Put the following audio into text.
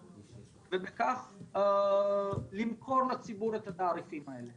ובכך למכור לציבור את התעריפים האלה.